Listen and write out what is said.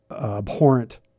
abhorrent